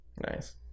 Nice